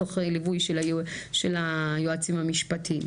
תוך ליווי של היועצים המשפטיים,